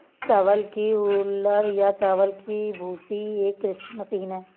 चावल की हूलर या चावल की भूसी एक कृषि मशीन है